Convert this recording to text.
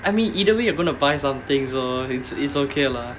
I mean either way you're going to buy some thing so it's it's okay lah